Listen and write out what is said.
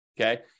okay